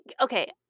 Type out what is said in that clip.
okay